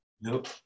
Nope